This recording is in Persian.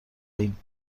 این